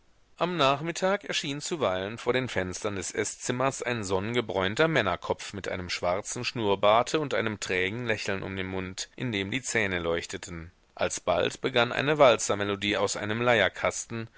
am nachmittag erschien zuweilen vor den fenstern des eßzimmers ein sonnengebräunter männerkopf mit einem schwarzen schnurrbarte und einem trägen lächeln um den mund in dem die zähne leuchteten alsbald begann eine walzermelodie aus einem